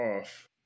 off